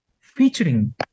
featuring